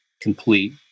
complete